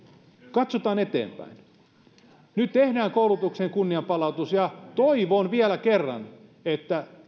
katsotaan eteenpäin nyt tehdään koulutukseen kunnianpalautus ja toivon vielä kerran että